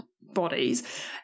bodies